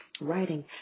writing